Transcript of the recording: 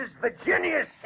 Virginia